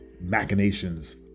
machinations